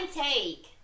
take